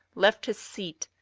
left his seat,